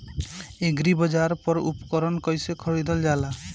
एग्रीबाजार पर उपकरण कइसे खरीदल जाला?